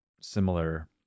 similar